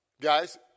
guys